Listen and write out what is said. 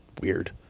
weird